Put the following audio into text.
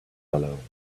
alone